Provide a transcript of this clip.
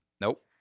Nope